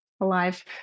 Alive